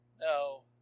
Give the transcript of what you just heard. no